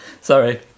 Sorry